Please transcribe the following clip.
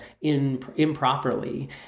improperly